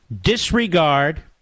disregard